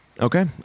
Okay